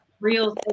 real